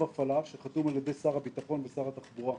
הפעלה שחתום על ידי שר הביטחון ושר התחבורה.